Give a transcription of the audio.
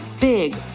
big